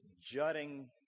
jutting